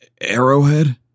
Arrowhead